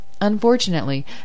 Unfortunately